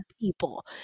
people